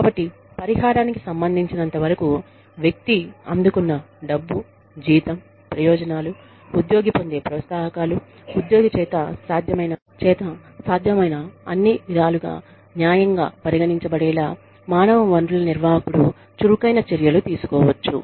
కాబట్టి పరిహారానికి సంబంధించినంతవరకు వ్యక్తి అందుకున్న డబ్బు జీతం ప్రయోజనాలు ఉద్యోగి పొందే ప్రోత్సాహకాలు ఉద్యోగి చేత సాధ్యమైన అన్ని విదాలుగా న్యాయంగా పరిగణించబడేలా మానవ వనరుల నిర్వాహకుడు చురుకైన చర్యలు తీసుకోవచ్చు